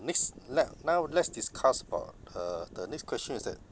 next let now let's discuss about uh the next question is that